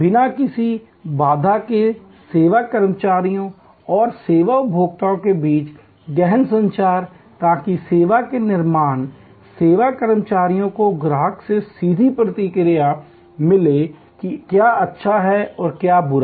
बिना किसी बाधा के सेवा कर्मचारियों और सेवा उपभोक्ताओं के बीच गहन संचार ताकि सेवा के निर्माता सेवा कर्मचारियों को ग्राहकों से सीधी प्रतिक्रिया मिले कि क्या अच्छा है और क्या बुरा